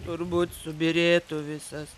turbūt subyrėtų visas